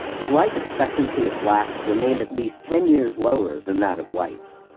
the life expectancy of blacks remained at least ten years lower than that of whites.